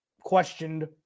questioned